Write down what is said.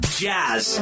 jazz